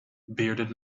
bearded